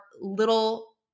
little